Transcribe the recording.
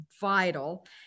vital